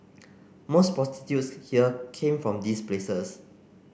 most prostitutes here came from these places